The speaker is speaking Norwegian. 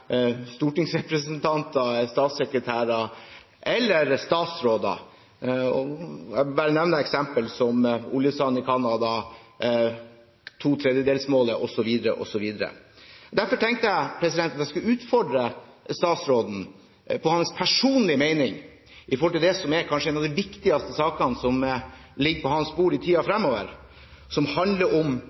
statssekretærer eller statsråder. Jeg bare nevner eksempler som oljesand i Canada, to tredjedels-målet, osv. Derfor tenkte jeg at jeg skulle utfordre statsråden på hans personlige mening om det som kanskje er en av de viktigste sakene som ligger på hans bord i tiden fremover, som handler om